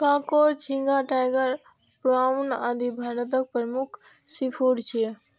कांकोर, झींगा, tiger prawn, आदि भारतक प्रमुख सीफूड छियै